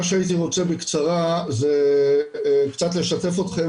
מה שהייתי רוצה בקצרה זה קצת לשתף אתכם